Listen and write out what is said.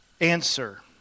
answer